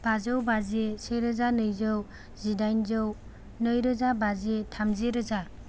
बाजौ बाजि से रोजा नैजौ जिदाइनजौ नै रोजा बाजि थामजि रोजा